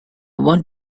want